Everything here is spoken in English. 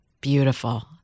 beautiful